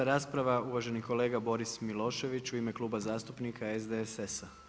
4. rasprava uvaženi kolega Boris Milošević u ime Kluba zastupnika SDSS-a.